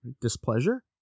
Displeasure